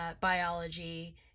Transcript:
biology